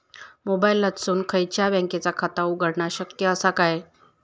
मोबाईलातसून खयच्याई बँकेचा खाता उघडणा शक्य असा काय?